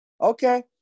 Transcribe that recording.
Okay